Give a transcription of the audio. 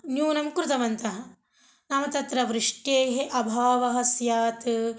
न्यूनं कृतवन्तः नाम तत्र वृष्टेः अभावः स्यात्